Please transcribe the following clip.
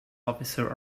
officers